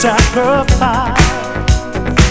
Sacrifice